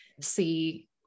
see